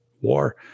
war